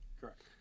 Correct